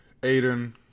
Aiden